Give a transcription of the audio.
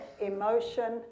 emotion